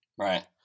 Right